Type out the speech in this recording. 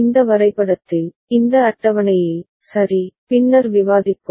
இந்த வரைபடத்தில் இந்த அட்டவணையில் சரி பின்னர் விவாதிப்போம்